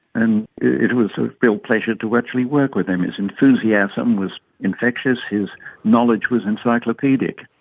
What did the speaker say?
and it was a real pleasure to actually work with him. his enthusiasm was infectious, his knowledge was encyclopaedic.